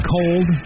cold